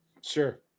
Sure